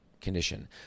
condition